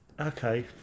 Okay